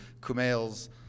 Kumail's